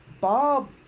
bob